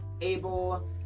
Abel